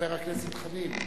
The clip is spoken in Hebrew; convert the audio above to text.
חבר הכנסת חנין.